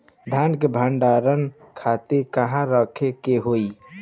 धान के भंडारन खातिर कहाँरखे के होई?